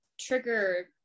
trigger